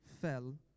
fell